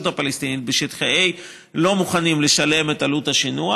הפלסטינית בשטחי A לא מוכנות לשלם את עלות השינוע,